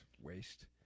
Waste